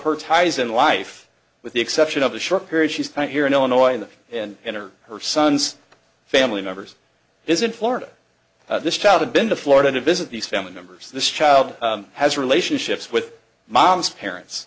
her ties in life with the exception of a short period she's right here in illinois and her her son's family members is in florida this child had been to florida to visit these family members this child has relationships with mom's parents